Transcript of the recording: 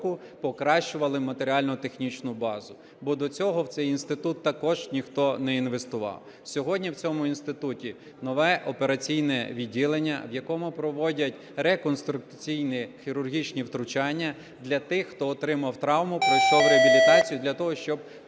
року покращували матеріально-технічну базу. Бо до цього в цей інститут також ніхто не інвестував. Сьогодні в цьому інституті нове операційне відділення, в якому проводять реконструктивні хірургічні втручання для тих, хто отримав травму, пройшов реабілітацію для того, щоб